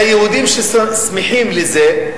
ליהודים ששמחים לזה,